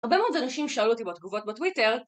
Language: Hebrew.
הרבה מאוד אנשים שאלו אותי בתגובות בטוויטר.